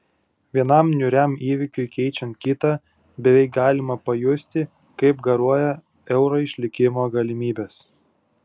vienam niūriam įvykiui keičiant kitą beveik galima pajusti kaip garuoja euro išlikimo galimybės